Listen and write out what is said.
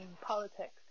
politics